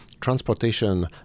transportation